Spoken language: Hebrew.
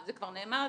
זה כבר נאמר,